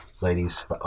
Ladies